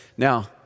Now